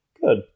good